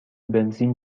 بنزین